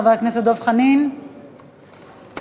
חבר הכנסת דב חנין, בבקשה.